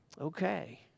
Okay